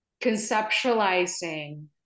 conceptualizing